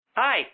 Hi